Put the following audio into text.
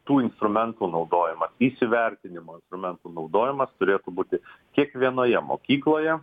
tų instrumentų naudojimas įsivertinamas instrumentų naudojimas turėtų būti kiekvienoje mokykloje